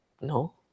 No